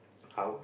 how